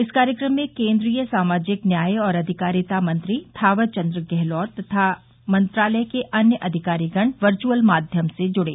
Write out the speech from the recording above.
इस कार्यक्रम में केन्द्रीय सामाजिक न्याय और अधिकारिता मंत्री थॉवर चन्द्र गहलोत तथा मंत्रालय के अन्य अधिकारीगण वर्चअल माध्यम से जुड़े